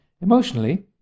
Emotionally